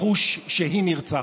לחוש שהיא נרצחת.